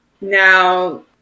now